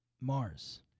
Mars